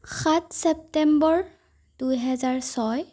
সাত ছেপ্টেম্বৰ দুহেজাৰ ছয়